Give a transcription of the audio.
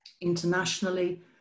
Internationally